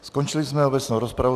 Skončili jsme obecnou rozpravu.